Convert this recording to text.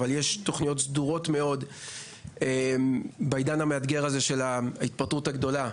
אבל יש תוכניות סדורות מאוד בעידן המאתגר הזה של ההתפטרות הגדולה,